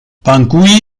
bangui